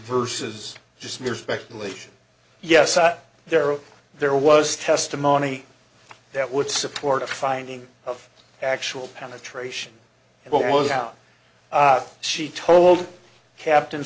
versus just mere speculation yes there are there was testimony that would support a finding of actual penetration and what was out she told captain